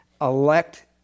elect